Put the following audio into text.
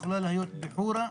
הוא יכול להיות בחורא,